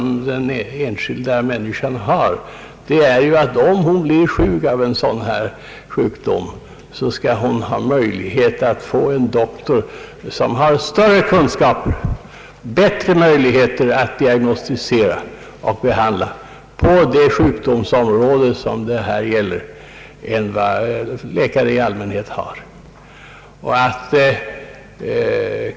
Den enskilda människans intresse är att hon, om hon får en sådan här sjukdom, skall ha möjlighet att konsultera en läkare som har större kunskaper och bättre möjligheter att diagnostisera och behandla på det sjukdomsområde det här gäller än vad läkare i allmänhet har.